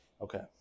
Okay